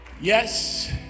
Yes